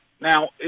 Now